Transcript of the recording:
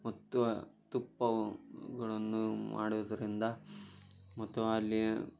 ಮತ್ತು ತುಪ್ಪವು ಗಳನ್ನು ಮಾಡುವುದರಿಂದ ಮತ್ತು ಆಲ್ಲಿಯ